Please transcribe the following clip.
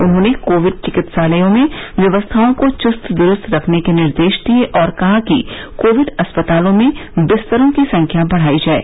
उन्होंने कोविड चिकित्सालयों में व्यवस्थाओं को चुस्त दुरूस्त रखने के निर्देश दिये और कहा कि कोविड अस्पतालों में बिस्तरों की संख्या बढ़ाई जाये